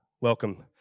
Welcome